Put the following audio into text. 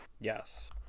Yes